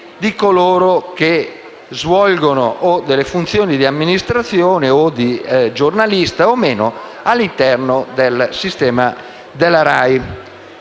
di coloro che svolgono funzioni di amministrazione o di giornalismo all'interno del sistema della RAI.